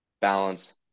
balance